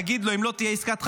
תגיד לו: אם לא תהיה עסקת חטופים,